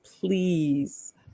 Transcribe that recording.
please